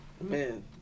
Man